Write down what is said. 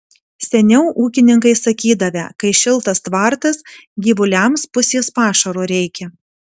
seniau ūkininkai sakydavę kai šiltas tvartas gyvuliams pusės pašaro reikia